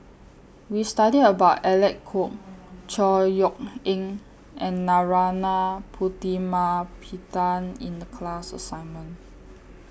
We studied about Alec Kuok Chor Yeok Eng and Narana Putumaippittan in The class assignment